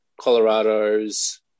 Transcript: Colorado's